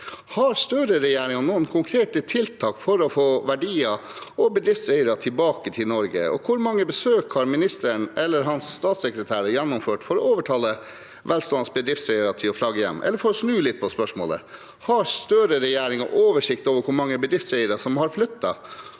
Har Støre-regjeringen noen konkrete tiltak for å få verdier og bedriftseiere tilbake til Norge, og hvor mange besøk har statsråden eller hans statssekretær gjennomført for å overtale velstående bedriftseiere til å flagge hjem? Eller for å snu litt på spørsmålet: Har Støre-regjeringen oversikt over hvor mange bedriftseiere som har flyttet